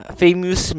famous